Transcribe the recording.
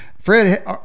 fred